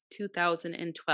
2012